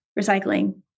recycling